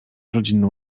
rodzinną